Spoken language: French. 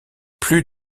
plus